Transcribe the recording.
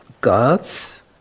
God's